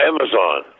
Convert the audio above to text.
Amazon